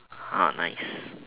nice